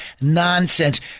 nonsense